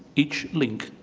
each link,